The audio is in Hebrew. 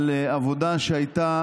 על עבודה שהייתה